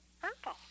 Purple